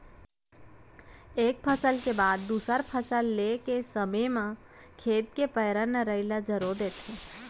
एक फसल के बाद दूसर फसल ले के समे म खेत के पैरा, नराई ल जरो देथे